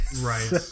right